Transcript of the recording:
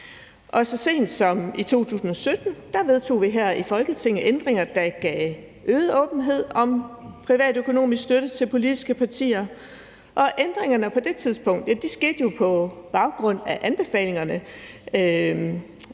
Så sent som i 2017 vedtog vi her i Folketinget ændringer, der gav øget åbenhed om privatøkonomisk støtte til politiske partier, og ændringerne på det tidspunkt skete jo på baggrund af anbefalingerne fra